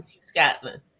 Scotland